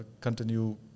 Continue